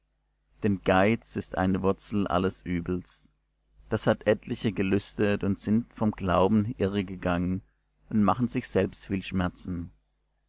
denn geiz ist eine wurzel alles übels das hat etliche gelüstet und sind vom glauben irregegangen und machen sich selbst viel schmerzen